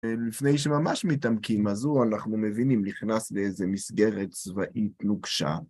לפני שממש מתעמקים, אז הוא, אנחנו מבינים, נכנס לאיזו מסגרת צבאית נוגשה.